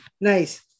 Nice